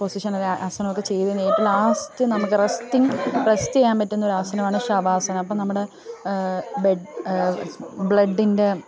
പൊസിഷനല്ലെ ആസനമൊക്കെ ചെയ്തേന് ഏറ്റവും ലാസ്റ്റ് നമുക്ക് റസ്റ്റിങ് റെസ്റ്റെയ്യാന് പറ്റുന്നൊരാസനമാണ് ശവാസനം അപ്പോള് നമ്മുടെ ബെട് ബ്ലഡിന്റെ